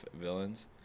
villains